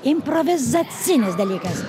improvizacinis dalykas